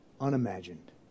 unimagined